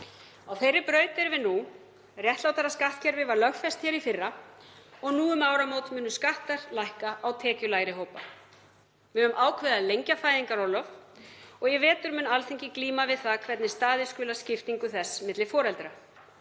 Á þeirri braut erum við nú; réttlátara skattkerfi var lögfest hér í fyrra og nú um áramót munu skattar lækka á tekjulægri hópa. Við höfum ákveðið að lengja fæðingarorlof og í vetur mun Alþingi glíma við hvernig staðið skuli að skiptingu þess milli foreldra.